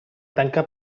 tanca